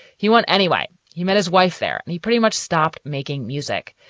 he went anyway. he met his wife there and he pretty much stopped making music.